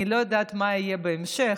אני לא יודעת מה יהיה בהמשך,